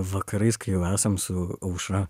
vakarais kai jau esam su aušra